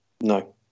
no